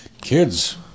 Kids